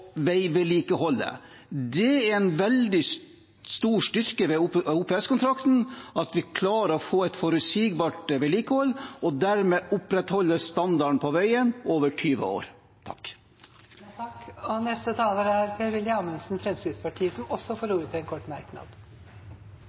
veivedlikeholdet. Det er en veldig stor styrke ved OPS-kontrakten at vi klarer å få et forutsigbart vedlikehold og dermed opprettholde standarden på veien over 20 år. Representanten Per-Willy Amundsen har hatt ordet to ganger tidligere og får også ordet til en kort merknad,